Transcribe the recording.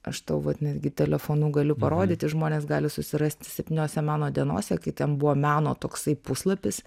aš tau vat netgi telefonu galiu parodyti žmonės gali susirasti septyniose meno dienose kai ten buvo meno toksai puslapis